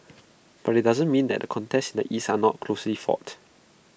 but IT doesn't mean that the contests in the east are not closely fought